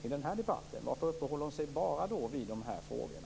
Varför uppehåller hon sig bara vid de andra frågorna?